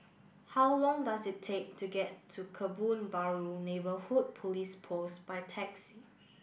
how long does it take to get to Kebun Baru Neighbourhood Police Post by taxi